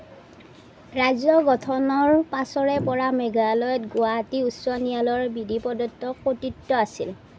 ৰাজ্য গঠনৰ পাছৰে পৰা মেঘালয়ত গুৱাহাটী উচ্চ ন্যায়ালয়ৰ বিধিপ্ৰদত্ত কৰ্তৃত্ব আছিল